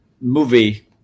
movie